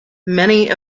many